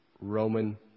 Roman